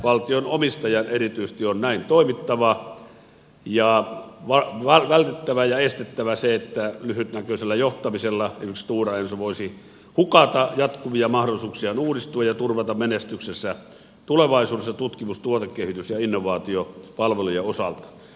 valtio omistajan erityisesti on näin toimittava ja vältettävä ja estettävä se että lyhytnäköisellä johtamisella esimerkiksi stora enso voisi hukata jatkuvia mahdollisuuksiaan uudistua ja turvata menestyksensä tulevaisuudessa tutkimus tuotekehitys ja innovaatiopalvelujen osalta